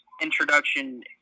introduction